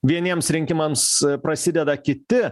vieniems rinkimams prasideda kiti